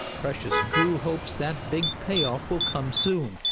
precious drew hopes that big payoff will come soon,